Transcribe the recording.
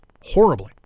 horribly